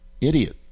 Idiot